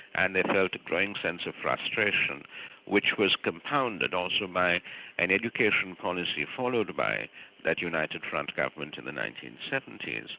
and they felt a growing sense of frustration which was compounded also by an education policy followed by that united front government in the nineteen seventy s,